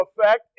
effect